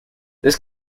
this